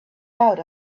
out